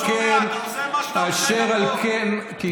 אשר על כן, אתה לא שומע, אתה לא שומע.